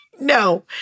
No